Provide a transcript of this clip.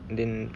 then